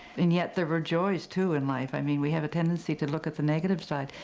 and yet there were joys too, in life. i mean we have a tendency to look at the negative side,